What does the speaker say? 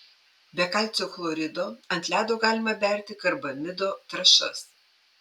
be kalcio chlorido ant ledo galima berti karbamido trąšas